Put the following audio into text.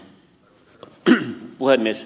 arvoisa herra puhemies